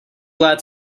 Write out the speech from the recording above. glad